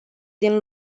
din